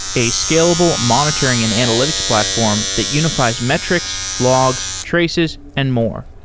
a scalable monitoring and analytics platform that unifi es metrics, logs, traces and more.